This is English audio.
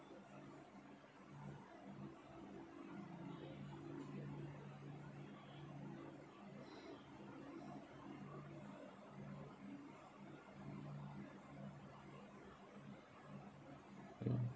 mm